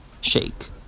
shake